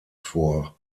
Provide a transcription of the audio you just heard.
vor